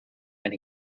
and